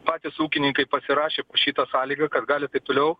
patys ūkininkai pasirašė šitą sąlygą kad gali taip toliau